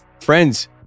Friends